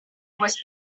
was